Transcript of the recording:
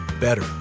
better